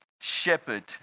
Shepherd